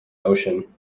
ocean